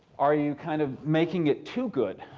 are you kind of making it too good?